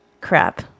crap